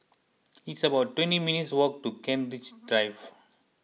it's about twenty minutes' walk to Kent Ridge Drive